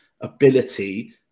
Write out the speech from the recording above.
ability